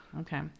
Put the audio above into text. Okay